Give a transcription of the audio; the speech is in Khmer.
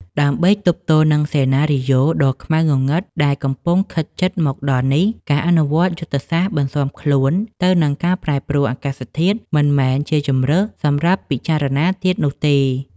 ដើម្បីទប់ទល់នឹងសេណារីយ៉ូដ៏ខ្មៅងងឹតដែលកំពុងខិតជិតមកដល់នេះ ការអនុវត្តយុទ្ធសាស្ត្របន្សុាំខ្លួនទៅនឹងការប្រែប្រួលអាកាសធាតុមិនមែនជាជម្រើសសម្រាប់ពិចារណាទៀតនោះទេ។